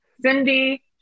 Cindy